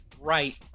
right